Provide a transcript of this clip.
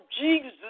Jesus